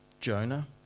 Jonah